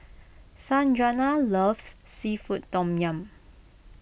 Sanjuana loves Seafood Tom Yum